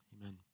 Amen